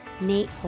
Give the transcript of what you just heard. Nate